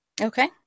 okay